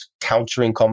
countering